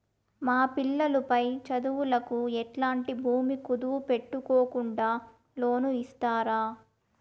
మా పిల్లలు పై చదువులకు ఎట్లాంటి భూమి కుదువు పెట్టుకోకుండా లోను ఇస్తారా